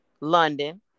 London